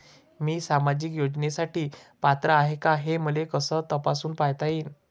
मी सामाजिक योजनेसाठी पात्र आहो का, हे मले कस तपासून पायता येईन?